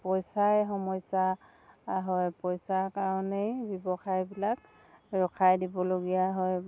পইচাই সমস্যা হয় পইচাৰ কাৰণেই ব্যৱসায়বিলাক ৰখাই দিবলগীয়া হয়